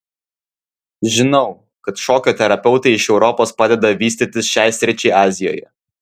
žinau kad šokio terapeutai iš europos padeda vystytis šiai sričiai azijoje